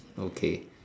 okay